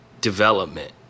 development